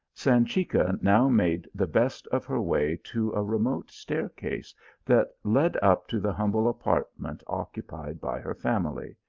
sanchica now made the best of her way to a re mote staircase that led up to the humble apartment occupied by her family.